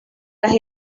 las